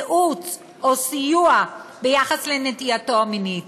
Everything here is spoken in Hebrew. ייעוץ או סיוע ביחס לנטייתו המינית,